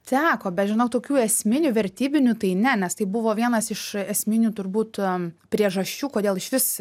teko bet žinok tokių esminių vertybinių tai ne nes tai buvo vienas iš esminių turbūt priežasčių kodėl išvis